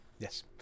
Yes